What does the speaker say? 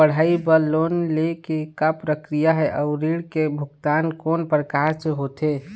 पढ़ई बर लोन ले के का प्रक्रिया हे, अउ ऋण के भुगतान कोन प्रकार से होथे?